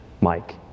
Mike